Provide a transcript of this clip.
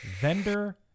vendor